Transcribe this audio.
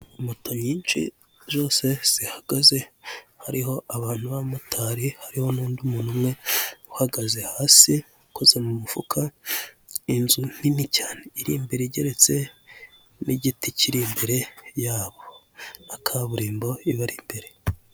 Moto nyinshi zose zihagaze hariho abantu b'abamotari hariho n'undi muntu umwe uhagaze hasi, ukoze mu mufuka. Inzu nini cyane iri imbere igeretse n'igiti kiri imbere yabo na kaburimbo ibari imbere.